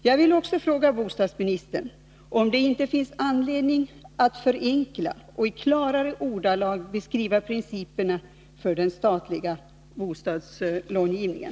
Jag vill också fråga bostadsministern om det inte finns anledning att förenkla och i klarare ordalag beskriva principerna för den statliga bostadslångivningen.